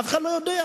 אף אחד לא יודע.